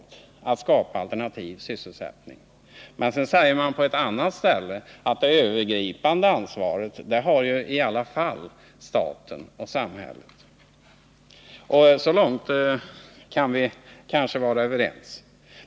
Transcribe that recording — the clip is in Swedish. Honom åligger det att skapa alternativ sysselsättning. På ett annat ställe står det att staten och samhället i alla fall har det övergripande ansvaret. Så långt kan vi kanske vara överens.